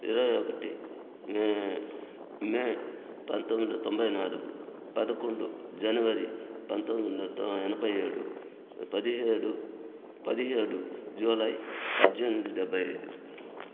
ఇరవై ఒకటి మే మే పంతొమ్మిది వందల తొంభై నాలుగు పదకొండు జనవరి పంతొమ్మిది వందల తొ ఎనభై ఏడు పదిహేడు పదిహేడు జూలై పద్దెనిమిది డెబ్భై ఐదు